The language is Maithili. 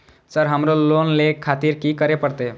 सर हमरो लोन ले खातिर की करें परतें?